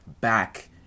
back